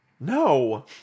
No